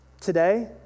Today